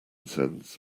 sends